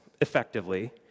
effectively